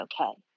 okay